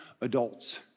adults